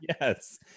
yes